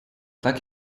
так